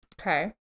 Okay